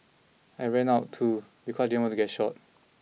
I ran out too because I didn't want to get shot